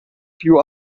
piú